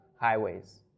highways